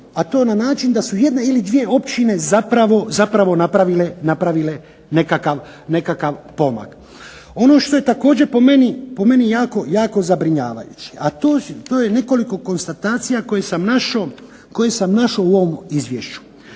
a to na način da su jedna ili dvije općine zapravo napravile nekakav pomak. Ono što je također po meni jako zabrinjavajuće, a to je nekoliko konstatacija koje sam našao u ovom Izvješću,